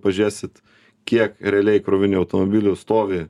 pažiūrėsit kiek realiai krovinių automobilių stovi